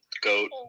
Goat